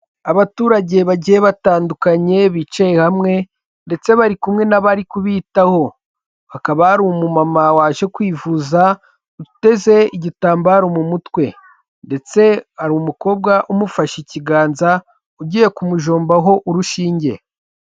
Abaturage bagiye batandukanye bicaye hamwe ndetse bari kumwe n'abari kubitaho, hakaba ari umumama waje kwivuza uteze igitambaro mu mutwe, ndetse hari umukobwa umufashe ikiganza ugiye kumujombaho urushinge.